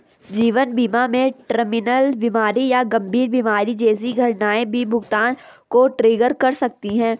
जीवन बीमा में टर्मिनल बीमारी या गंभीर बीमारी जैसी घटनाएं भी भुगतान को ट्रिगर कर सकती हैं